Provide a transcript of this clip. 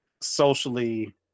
socially